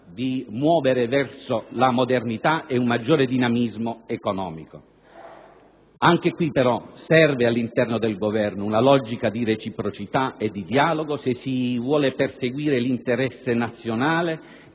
di muovere verso la modernità e un maggiore dinamismo economico. Anche qui però serve all'interno del Governo una logica di reciprocità e di dialogo se si vuole perseguire l'interesse nazionale